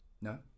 No